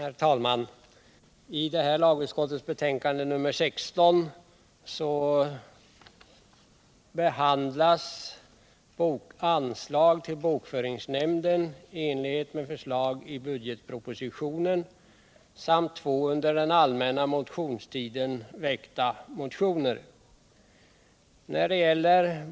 Herr talman! I lagutskottets betänkande nr 16 behandlas anslag till bokföringsnämnden i enlighet med förslag i budgetpropositionen samt två under den allmänna motionstiden väckta motioner.